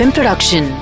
Production